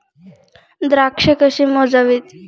द्राक्षे कशी मोजावीत?